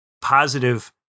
positive